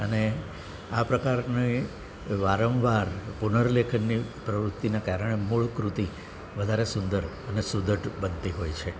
અને આ પ્રકારની વારંવાર પુન લેખનની પ્રવૃત્તિના કારણે મૂળ કૃતિ વધારે સુંદર અને સુદૃઢ બનતી હોય છે